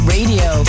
Radio